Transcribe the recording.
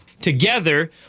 Together